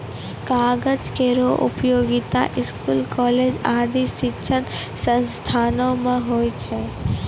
कागज केरो उपयोगिता स्कूल, कॉलेज आदि शिक्षण संस्थानों म होय छै